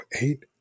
eight